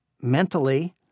mentally